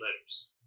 letters